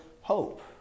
hope